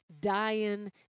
dying